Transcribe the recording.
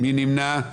1 נמנע.